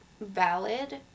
valid